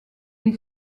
est